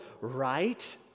right